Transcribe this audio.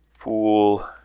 Fool